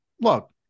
look